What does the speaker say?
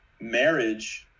marriage